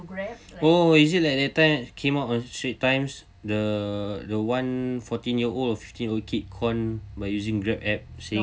oh is it like that time came up on strait times the the one fourteen year old fifteen kid call using grab app saying